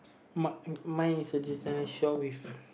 my my suggestion is short with